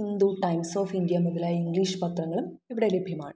Hindu Times of India മുതലായ English പത്രങ്ങളും ഇവിടെ ലഭ്യമാണ്